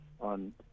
on